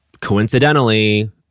coincidentally